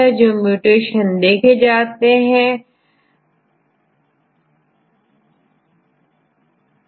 सामान्यतः म्यूटेशन ज्यादा देखा जाता है जबकि insertion औरdeletion कम होता है